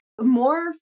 more